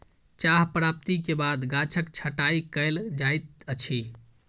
चाह प्राप्ति के बाद गाछक छंटाई कयल जाइत अछि